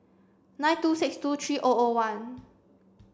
nine two six two three O O one